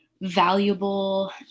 valuable